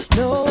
no